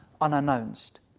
unannounced